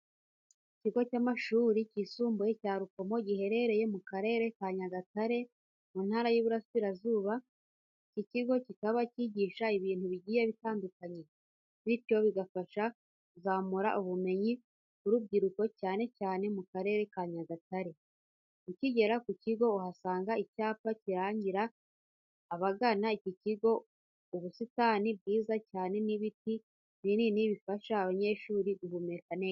Ikigo cy'amashuri yisumbuye cya Rukomo giherereye mu Karere ka Nyagatare, mu Ntara y'Iburasirazuba. Iki kigo kikaba cyigisha ibintu bigiye bitandukanye, bityo bigafasha kuzamura ubumenyi bw'urubyiruko cyane cyane mu Karere ka Nyagatare. Ukigera ku kigo uhasanga icyapa kirangira abagana iki kigo, ubusitani bwiza cyane n'ibiti binini bifasha abanyeshuri guhumeka neza.